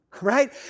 Right